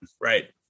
Right